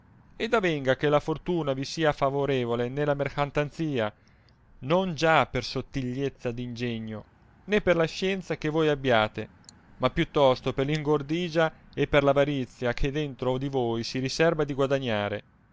ed avenga che la fortuna vi sia favorevole nella mercatanzia non già per sottigliezza d'ingegno né per scienza che voi abbiate ma più tosto per r ingordigia e per avarizia che dentro di voi si riserba di guadagnare